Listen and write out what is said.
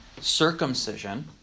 circumcision